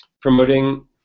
promoting